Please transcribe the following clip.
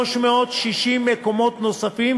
360 מקומות התווספו